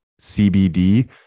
CBD